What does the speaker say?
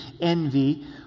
envy